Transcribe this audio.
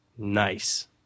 Nice